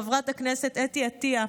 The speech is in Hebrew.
חברת הכנסת אתי עטייה,